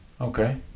Okay